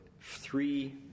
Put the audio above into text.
three